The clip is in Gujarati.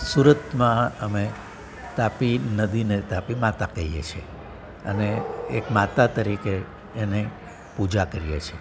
સુરતમાં અમે તાપી નદીને તાપી માતા કહીએ છે અને એક માતા તરીકે એને પૂજા કરીએ છે